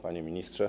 Panie Ministrze!